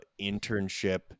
internship